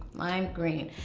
lime green.